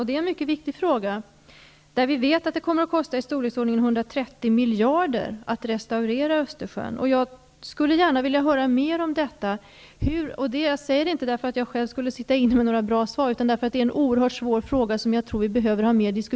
Det är en mycket viktig fråga. Vi vet att det kommar att kosta i storleksordningen 130 miljarder kronor att restaurera Östersjön. Jag skulle gärna vilja höra litet mer om denna fråga. Jag tar inte upp denna fråga för att jag skulle sitta inne med några bra svar, utan för att det här är en oerhört svår fråga som vi behöver diskutera mer.